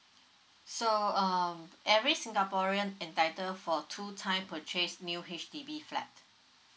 so um every singaporean entitled for two times purchase new H_D_B flat